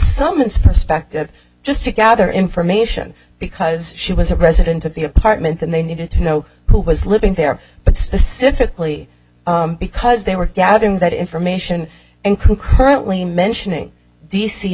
summons perspective just to gather information because she was a president of the apartment and they needed to you know who was living there but specifically because they were gathering that information and concurrently mentioning d c